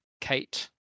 Kate